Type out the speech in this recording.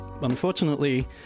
Unfortunately